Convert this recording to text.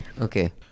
Okay